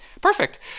Perfect